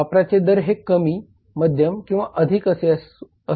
वापराचे दर हे कमी मध्यम किंवा अधिक असे आहेत